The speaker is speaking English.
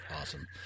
Awesome